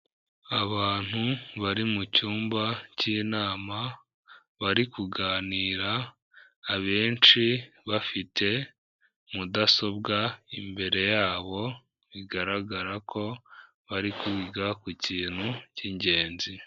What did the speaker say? Abantu bari mu cyumba cy'inama bari kuganira, abenshi bafite mudasobwa imbere yabo, bigaragara ko bari kwiga ku kintu cy'ingenzi.